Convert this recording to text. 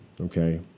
okay